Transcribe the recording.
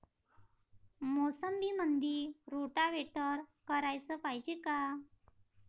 मोसंबीमंदी रोटावेटर कराच पायजे का?